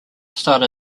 starred